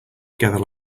together